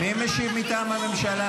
המענקים